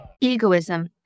Egoism